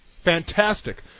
Fantastic